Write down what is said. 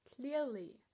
clearly